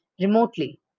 remotely